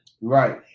right